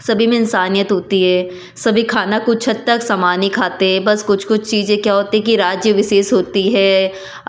सभी में इंसानियत होती है सभी खाना कुछ हद तक समान ही खाते बस कुछ कुछ चीज़ें क्या होती कि राज्य विशेष होती है